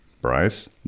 Bryce